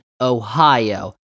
ohio